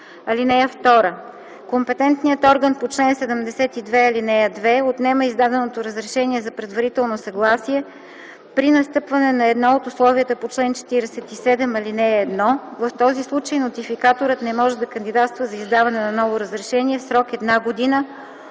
срок. (2) Компетентният орган по чл. 72, ал. 2 отнема издаденото разрешение за предварително съгласие при настъпване на едно от условията на чл. 47, ал. 1. В този случай нотификаторът не може да кандидатства за издаване на ново разрешение в срок една година